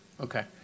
Okay